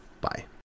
Bye